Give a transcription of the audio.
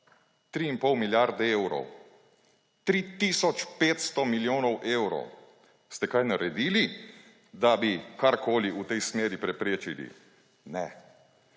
3,5 milijarde evrov, 3 tisoč 500 milijonov evrov. Ste kaj naredili, da bi karkoli v tej smeri preprečili? Ne.